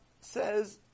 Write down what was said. says